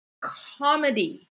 comedy